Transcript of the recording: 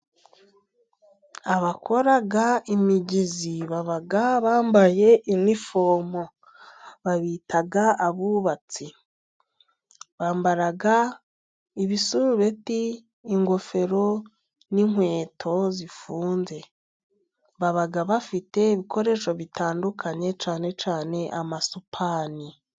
Abakora imigezi baba bambaye inifomo， babita abubatsi， bambara ibisurubeti， ingofero， n'inkweto zifunze. Baba bafite ibikoresho bitandukanye， cyane cyane amasupani.